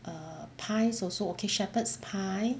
err pies also okay shepherd's pie